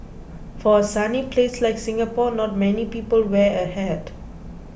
for a sunny place like Singapore not many people wear a hat